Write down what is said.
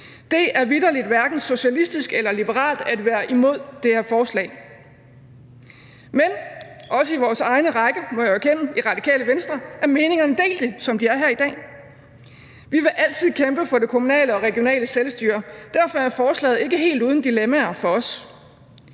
Det er vitterlig hverken socialistisk eller liberalt at være imod det her forslag. Men også i vores egne rækker i Radikale Venstre – må jeg jo erkende – er meningerne delte, som de er her i dag. Vi vil altid kæmpe for det kommunale og regionale selvstyre. Derfor er forslaget ikke helt uden dilemmaer for os.